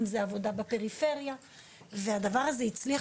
אם זו עבודה בפריפריה והדבר הזה הצליח